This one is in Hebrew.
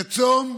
בצום.